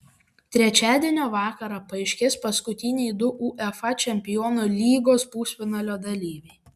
trečiadienio vakarą paaiškės paskutiniai du uefa čempionų lygos pusfinalio dalyviai